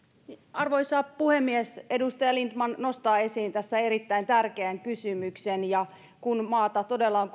arvoisa puhemies edustaja lindtman nostaa esiin tässä erittäin tärkeän kysymyksen ja kun maata todella on